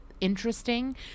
interesting